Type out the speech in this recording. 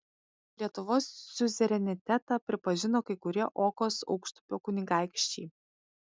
lietuvos siuzerenitetą pripažino kai kurie okos aukštupio kunigaikščiai